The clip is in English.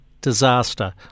disaster